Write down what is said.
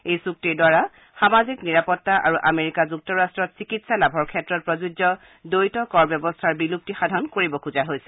এই চুক্তিৰ দ্বাৰা সামাজিক নিৰাপত্তা আৰু আমেৰিকা যুক্তৰাষ্টত চিকিৎসা লাভৰ ক্ষেত্ৰত প্ৰযোজ্য দ্বৈত কৰ ব্যৱস্থাৰ বিলুপ্তিসাধন কৰিব খোজা হৈছে